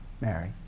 Mary